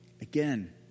Again